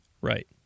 Right